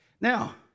Now